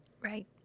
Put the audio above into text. Right